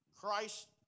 Christ